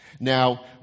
Now